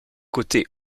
côtés